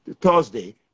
Thursday